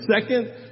second